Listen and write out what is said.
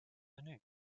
menu